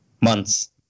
Months